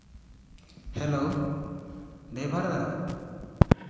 hello driver the